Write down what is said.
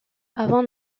avant